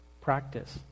Practice